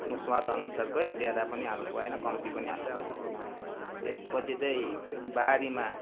आफ्नो स्वाद अनुसारकै ज्यादा पनि हाल्नु भएन कम्ती पनि हाल्नु भएन त्यसपछि चाहिँ बारीमा